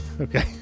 Okay